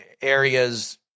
areas